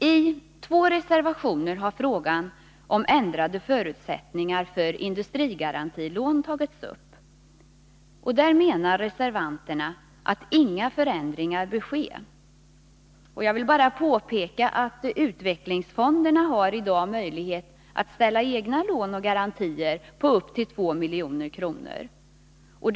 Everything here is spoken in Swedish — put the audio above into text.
I två reservationer har frågan om ändrade förutsättningar för industrigarantilån tagits upp. Där menar reservanterna att inga förändringar bör ske. Jag vill bara påpeka att utvecklingsfonderna i dag har möjlighet att ställa egna lån och garantier upp till 2 milj.kr. till förfogande.